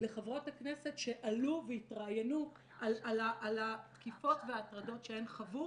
לחברות הכנסת שעלו והתראיינו על התקיפות וההטרדות שהן חוו.